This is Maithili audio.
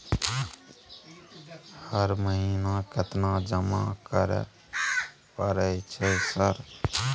हर महीना केतना जमा करे परय छै सर?